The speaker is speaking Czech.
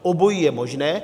Obojí je možné.